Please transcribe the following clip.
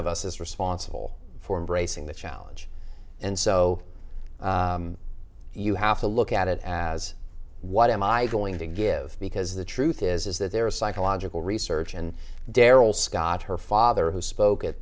of us is responsible for bracing the challenge and so you have to look at it as what am i going to give because the truth is is that there is psychological research and darrell scott her father who spoke at